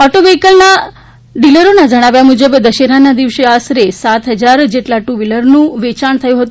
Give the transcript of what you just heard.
auto વ્ફીકલના ડીલરોના જણાવ્યા મુજબ દશેરાના દિવસે આશરે સાત હજાર જેટલા ટુ વ્હીલરોનું વેયાણ થયું છે